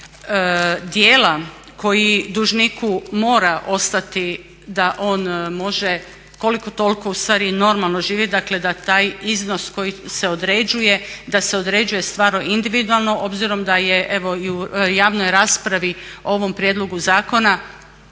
dijela koji dužniku mora ostati da on može koliko toliko ustvari normalno živjet, dakle da taj iznos koji se određuje da se određuje stvarno individualno obzirom da je evo i u javnoj raspravi o ovom prijedlogu zakona